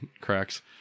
cracks